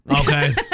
Okay